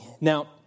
Now